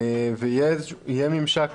ויהיה ממשק,